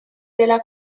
della